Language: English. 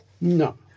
No